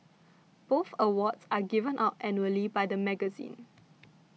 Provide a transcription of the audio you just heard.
both awards are given out annually by the magazine